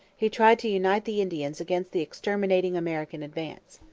he tried to unite the indians against the exterminating american advance.